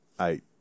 eight